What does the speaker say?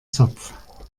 zopf